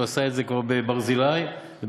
הוא עשה את זה כבר בברזילי באשקלון,